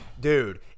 Dude